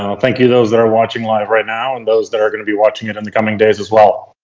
um thank you those that are watching live right now and those that are going to be watching it in the coming days as well.